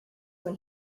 when